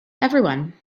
everyone